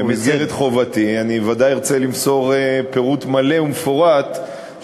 ובמסגרת חובתי אני ודאי ארצה למסור פירוט מלא של העשייה.